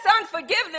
unforgiveness